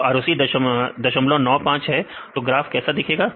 तो ROC 095 है तो ग्राफ कैसा दिखेगा